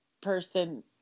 person